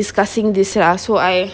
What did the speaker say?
discussing this ah so I